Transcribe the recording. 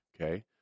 okay